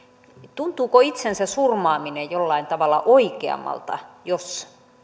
tuntuuko itsensä surmaaminen jollain tavalla oikeammalta jos